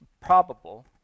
probable